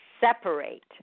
separate